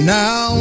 now